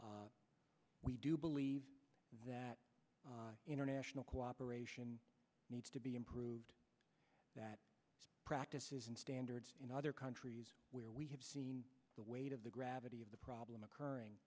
we do believe that international cooperation needs to be improved practices and standards in other countries where we have seen the weight of the gravity of the problem occurring